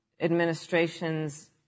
administration's